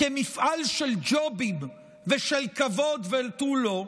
כמפעל של ג'ובים ושל כבוד ותו לא,